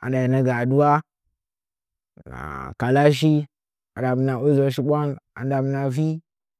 hɨnəa gə adu a hɨna kəashing andamna usə shiɓwan andamna vii.